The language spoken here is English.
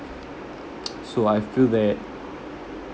so I feel that